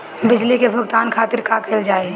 बिजली के भुगतान खातिर का कइल जाइ?